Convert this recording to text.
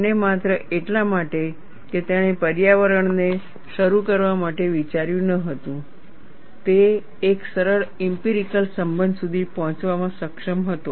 અને માત્ર એટલા માટે કે તેણે પર્યાવરણ ને શરૂ કરવા માટે વિચાર્યું ન હતું તે એક સરળ ઇમ્પિરિકલ સંબંધ સુધી પહોંચવામાં સક્ષમ હતો